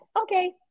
Okay